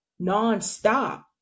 nonstop